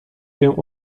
się